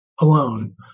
alone